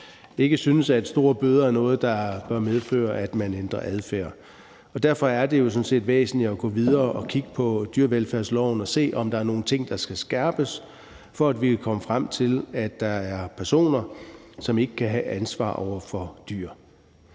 ikke synes, at store bøder er noget, der bør medføre, at man ændrer adfærd. Derfor er det jo sådan set væsentligt at gå videre og kigge på dyrevelfærdsloven og se, om der er nogle ting, der skal skærpes, for at vi kan komme frem til, at der er personer, som ikke kan have ansvar for dyr.